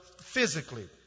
physically